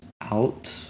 out